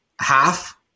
half